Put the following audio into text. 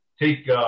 take